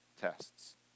tests